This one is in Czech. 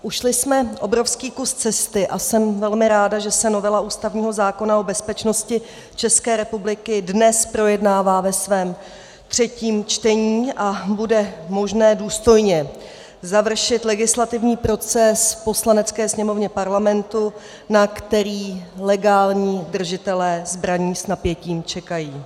Ušli jsme obrovský kus cesty a jsem velmi ráda, že se novela ústavního zákona o bezpečnosti České republiky dnes projednává ve svém třetím čtení a bude možné důstojně završit legislativní proces v Poslanecké sněmovně Parlamentu, na který legální držitelé zbraní s napětím čekají.